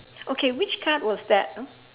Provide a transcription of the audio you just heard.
okay which card was that ah